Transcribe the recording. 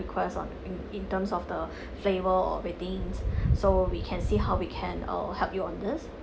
request on in in terms of the flavour or beddings so we can see how we can uh help you on this